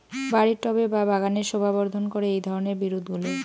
বাড়ির টবে বা বাগানের শোভাবর্ধন করে এই ধরণের বিরুৎগুলো